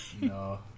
No